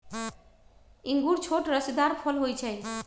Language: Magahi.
इंगूर छोट रसीदार फल होइ छइ